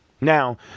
Now